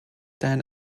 dan